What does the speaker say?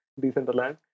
Decentraland